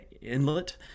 Inlet